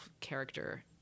character